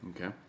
Okay